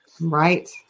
Right